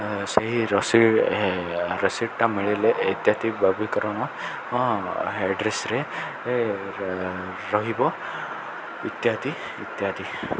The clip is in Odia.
ସେହି ରସିଦଟା ମିଳିଲେ ଇତ୍ୟାଦି ଆଡ଼୍ରେସ୍ରେ ରହିବ ଇତ୍ୟାଦି ଇତ୍ୟାଦି